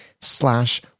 slash